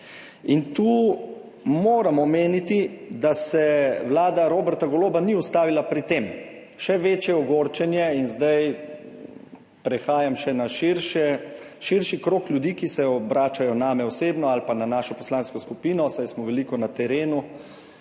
In tu moram omeniti, da se Vlada Roberta Goloba ni ustavila pri tem, še večje ogorčenje in zdaj prehajam še na širše, širši krog ljudi, ki se obračajo name osebno ali pa na našo poslansko skupino, saj smo veliko na terenu